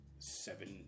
Seven